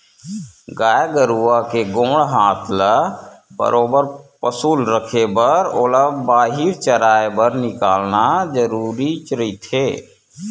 गाय गरुवा के गोड़ हात ल बरोबर पसुल रखे बर ओला बाहिर चराए बर निकालना जरुरीच रहिथे